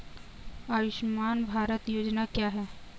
आयुष्मान भारत योजना क्या है?